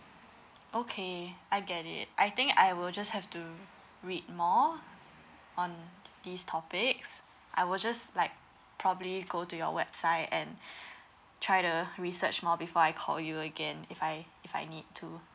okay I get it I think I will just have to read more on this topic I will just like probably go to your website and try to research more before I call you again if I if I need to